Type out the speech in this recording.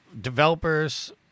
developers